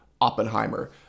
Oppenheimer